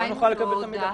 לא נוכל לקבל את המידע.